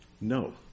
No